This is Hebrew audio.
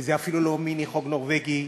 וזה אפילו לא מיני חוק נורבגי,